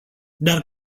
dar